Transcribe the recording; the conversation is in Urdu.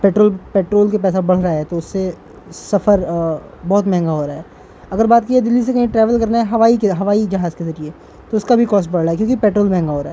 پیٹرول پیٹرول کے پیسہ بڑھ رہا ہے تو اس سے سفر بہت مہنگا ہو رہا ہے اگر بات کی ہے دہلی سے کہیں ٹریول کرنا ہے ہوائی کے ہوائی جہاز کے ذریعے تو اس کا بھی کاسٹ بڑھ رہا ہے کیونکہ پٹرول مہنگا ہو رہا ہے